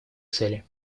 цели